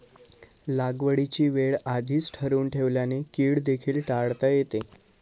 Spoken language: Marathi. लागवडीची वेळ आधीच ठरवून ठेवल्याने कीड देखील टाळता येते